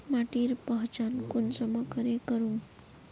माटिर पहचान कुंसम करे करूम?